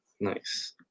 Nice